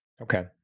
Okay